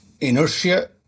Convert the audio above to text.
inertia